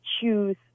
choose